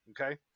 Okay